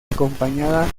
acompañada